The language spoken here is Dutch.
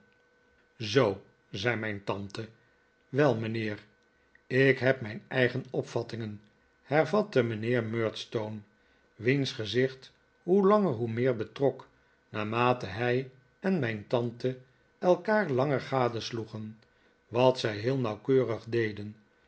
zoo zei mijn tante wel mijnheer ik heb mijn eigen opvattingen hervatte mijnheer murdstone wiens gezicht hoe langer hoe meer betrok naarmate hij en mijn tante elkaar langer gadesloegen wat zij heel nauwkeurig deden